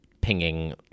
pinging